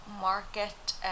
market